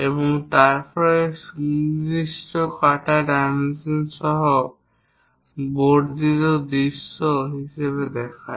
এবং তারপরে সুনির্দিষ্ট কাটা ডাইমেনশন সহ বর্ধিত দৃশ্য হিসাবে দেখাই